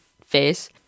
face